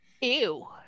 ew